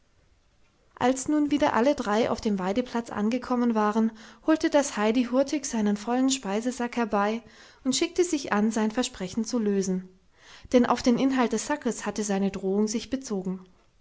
als nun wieder alle drei auf dem weideplatz angekommen waren holte das heidi hurtig seinen vollen speisesack herbei und schickte sich an sein versprechen zu lösen denn auf den inhalt des sackes hatte seine drohung sich bezogen